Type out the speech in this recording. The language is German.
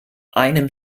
einem